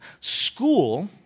school